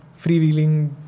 freewheeling